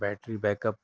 battery back up